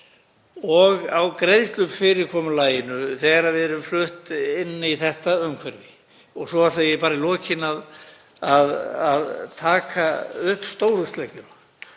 og á greiðslufyrirkomulaginu þegar við erum flutt inn í þetta umhverfi? Og svo ætla ég í lokin að taka upp stóru sleggjuna